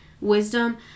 wisdom